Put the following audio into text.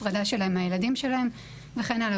הפרדה שלהן מהילדים שלהן וכן הלאה.